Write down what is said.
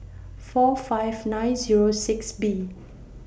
four five nine Zero six B